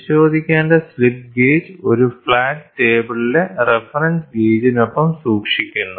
പരിശോധിക്കേണ്ട slip gauge ഒരു flat ടേബിളിലെ റഫറൻസ് ഗേജിനൊപ്പം സൂക്ഷിക്കുന്നു